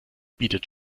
bietet